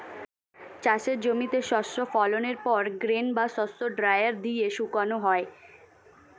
চাষের জমিতে শস্য ফলনের পর গ্রেন বা শস্য ড্রায়ার দিয়ে শুকানো হয়